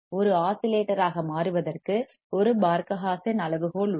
ஒரு ஆஸிலேட்டராக மாறுவதற்கு ஒரு பார்க ஹா சென் அளவுகோல் உள்ளது